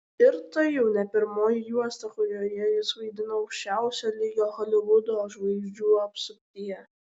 ir tai jau ne pirmoji juosta kurioje jis vaidino aukščiausio lygio holivudo žvaigždžių apsuptyje